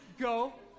Go